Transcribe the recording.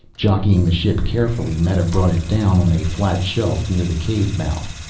jockeying the ship carefully, meta brought it down on a flat shelf near the cave mouth.